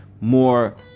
more